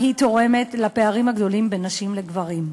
תורמת גם היא לפערים הגדולים בין נשים לגברים.